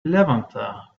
levanter